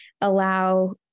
allow